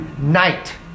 night